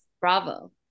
Bravo